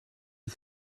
het